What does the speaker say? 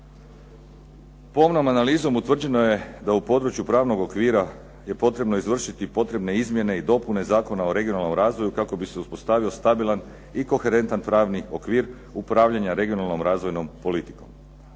Pomnom analizom utvrđeno je da u području pravnog okvira je potrebno izvršiti potrebne izmjene i dopune Zakona o regionalnom razvoju kako bi se uspostavio stabilan i koherentan pravni okvir upravljanja regionalnom razvojnom politikom.